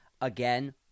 again